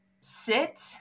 sit